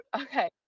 okay